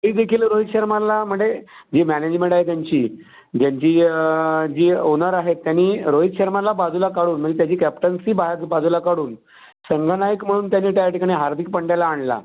ही देखील रोहित शर्माला म्हणजे जी मॅनेजमेंट आहे त्यांची ज्यांची जी ओनर आहे त्यांनी रोहित शर्माला बाजूला काढून म्हणजे त्याची कॅप्टनसी बाहे बाजूला काढून संघनायक म्हणून त्यांनी त्या ठिकाणी हार्दिक पंड्याला आणला